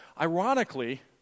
Ironically